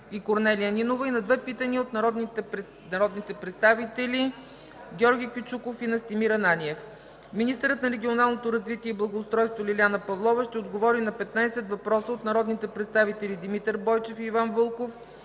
и Корнелия Нинова и на две питания от народните представители Георги Кючуков, и Настимир Ананиев; – министърът на регионалното развитие и благоустройството Лиляна Павлова ще отговори на 15 въпроса от народните представители Димитър Бойчев и Иван Вълков,